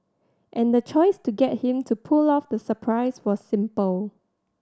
and the choice to get him to pull off the surprise was simple